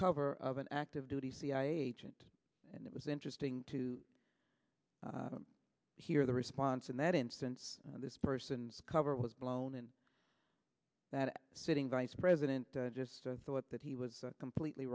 cover of an active duty cia agent and it was interesting to hear the response in that instance this person's cover was blown and that sitting vice president just thought that he was completely